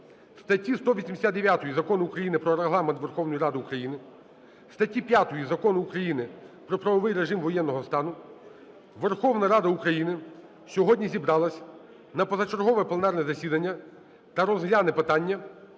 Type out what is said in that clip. статті 189 Закону України "Про Регламент Верховної Ради України", статті 5 Закону України "Про правовий режим воєнного стану" Верховна Рада України сьогодні зібралася на позачергове пленарне засідання та розгляне питання